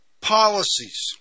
policies